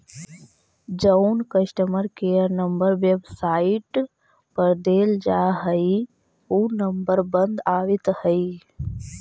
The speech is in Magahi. जउन कस्टमर केयर नंबर वेबसाईट पर देल हई ऊ नंबर बंद आबित हई